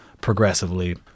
progressively